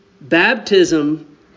Baptism